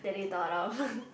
and they don't know